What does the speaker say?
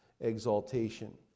exaltation